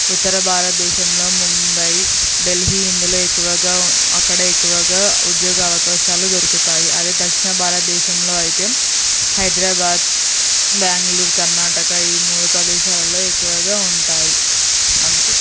ఉత్తర భారత దేశంలో ముంబై ఢిల్లీ ఇందులో ఎక్కువగా అక్కడ ఎక్కువగా ఉద్యోగ అవకాశాలు దొరుకుతాయి అదే దక్షిణ భారతదేశంలో అయితే హైద్రాబాదు బెంగళూరు కర్నాటక ఈ మూడు ప్రదేశాలల్లో ఎక్కువగా ఉంటాయి అంతే